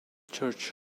church